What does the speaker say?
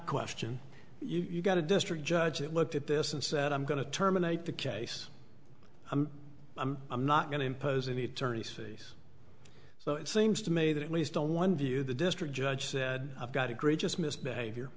question you've got a district judge it looked at this and said i'm going to terminate the case i'm i'm i'm not going to impose any attorney's fees so it seems to me that at least on one view the district judge said i've got a great just misbehavior